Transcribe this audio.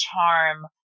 charm